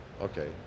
Okay